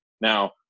Now